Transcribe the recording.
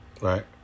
Right